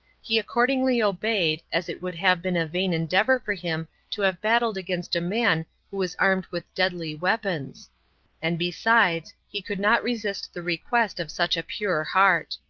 he accordingly obeyed, as it would have been a vain endeavor for him to have battled against a man who was armed with deadly weapons and besides, he could not resist the request of such a pure heart.